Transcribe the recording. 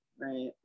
right